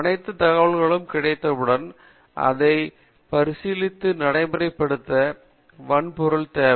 அணைத்து தகவல்களும் கிடைத்தவுடன் அதை பரிசீலித்து நடைமுறை படுத்த வன்பொருள் தேவை